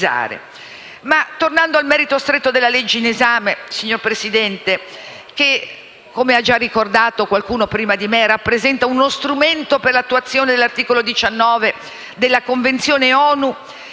Torno al merito stretto della legge in esame che, come ha già ricordato qualche collega prima di me, rappresenta uno strumento per l'attuazione dell'articolo 19 della Convenzione ONU